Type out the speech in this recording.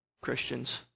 Christians